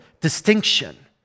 distinction